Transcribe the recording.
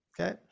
okay